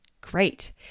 Great